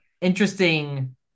interesting